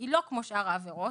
שהיא לא כמו שאר העבירות,